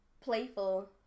playful